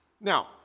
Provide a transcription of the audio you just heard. Now